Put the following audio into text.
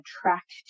attract